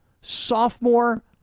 sophomore